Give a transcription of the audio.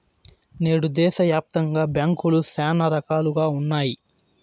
నేడు దేశాయాప్తంగా బ్యాంకులు శానా రకాలుగా ఉన్నాయి